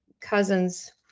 cousins